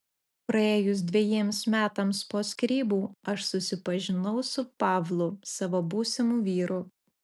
praėjus dvejiems metams po skyrybų aš susipažinau su pavlu savo būsimu vyru